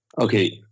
okay